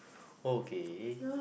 okay